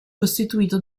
costituito